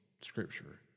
scripture